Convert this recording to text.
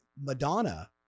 Madonna